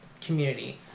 community